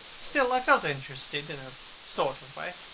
still, i felt interested, in a sort of way.